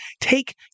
take